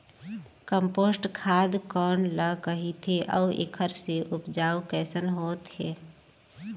Compost खाद कौन ल कहिथे अउ एखर से उपजाऊ कैसन होत हे?